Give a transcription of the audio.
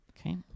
Okay